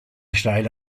steile